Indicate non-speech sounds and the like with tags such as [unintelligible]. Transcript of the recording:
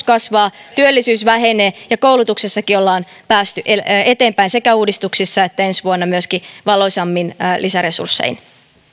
[unintelligible] kasvaa työllisyys vähenee ja koulutuksessakin ollaan päästy eteenpäin sekä uudistuksissa että ensi vuonna myöskin valoisammin lisäresurssein